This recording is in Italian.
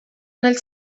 nel